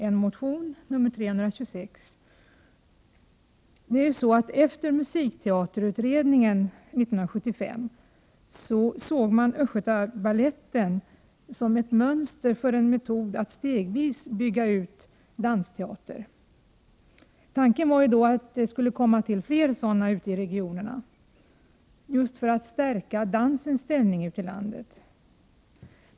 Efter det att utredningen om musikteater kom år 1975 sågs Östgötabaletten som ett mönster för en metod att stegvis bygga ut dansteatern. Tanken var att det skulle tillkomma fler dansensembler i regionerna för att just stärka dansens ställning i landet.